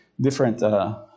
different